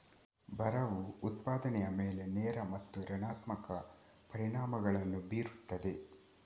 ಬರವು ಉತ್ಪಾದನೆಯ ಮೇಲೆ ನೇರ ಮತ್ತು ಋಣಾತ್ಮಕ ಪರಿಣಾಮಗಳನ್ನು ಬೀರುತ್ತದೆ